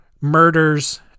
murders